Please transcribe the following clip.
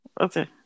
Okay